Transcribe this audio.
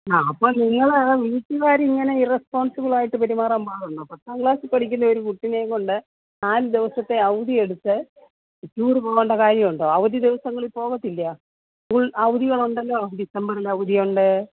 ആ അപ്പോള് നിങ്ങള് വീട്ടുകാര് ഇങ്ങനെ ഇറസ്പോൺസിബിളായിട്ട് പെരുമാറാൻ പാടുണ്ടോ പത്താം ക്ലാസ്സില് പഠിക്കുന്ന ഒരു കുട്ടീനെയുംകൊണ്ട് നാലു ദിവസത്തെ അവധിയെടുത്ത് ടൂര് പോകേണ്ട കാര്യമുണ്ടോ അവധി ദിവസങ്ങളില് പോകത്തില്ല സ്കൂൾ അവധികളുണ്ടല്ലോ ഡിസംബറിൽ അവധിയുണ്ട്